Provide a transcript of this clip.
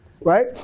right